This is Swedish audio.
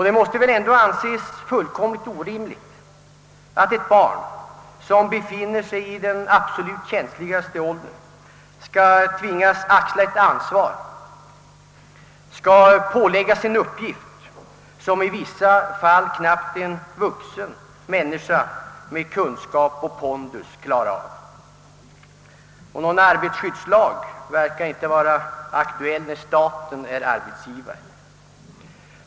Det måste väl ändå anses fullkomligt orimligt att ett barn, som befinner sig i den absolut känsligaste åldern, skall tvingas axla ett ansvar, skall påläggas en uppgift, som i vissa fall knappt en vuxen människa med kunskap och pondus kan klara av. Någon arbetarskyddslag verkar inte vara aktuell när staten är arbetsgivare.